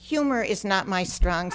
humor is not my strong